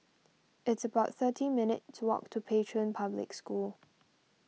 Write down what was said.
it's about thirty minutes' walk to Pei Chun Public School